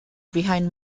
behind